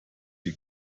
die